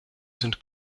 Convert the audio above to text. sind